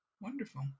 Wonderful